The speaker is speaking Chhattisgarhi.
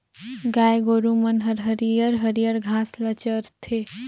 गाय गोरु मन हर हरियर हरियर घास ल चरथे